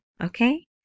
Okay